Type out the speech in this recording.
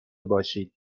باشید